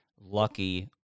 lucky